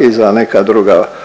i za neka druga